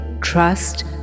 trust